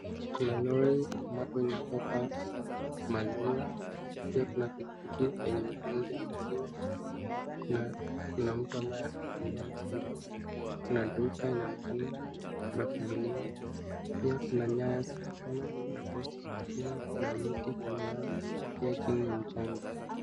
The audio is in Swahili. Kuna lori ambapo inabeba maziwa pia kuna pikipiki lenye mitungi ya maziwa na kuna mtu ambaye anafungua mitungi hayo, kuna duka na inaonekana imefunguliwa pia kuna nyayo za stima kuna posti za stima na miti kando yao pia chini ni mchanga.